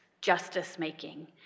justice-making